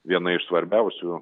viena iš svarbiausių